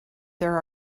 there